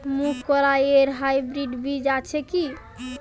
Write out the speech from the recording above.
মুগকলাই এর হাইব্রিড বীজ আছে কি?